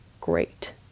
Great